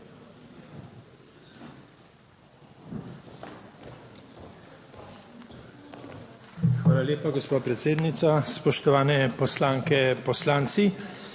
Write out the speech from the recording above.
Hvala lepa, gospa predsednica. Spoštovane poslanke, poslanci!